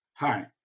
Hi